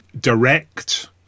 direct